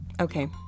okay